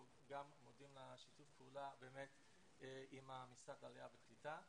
אנחנו גם מודים על שיתוף הפעולה עם משרד העלייה והקליטה.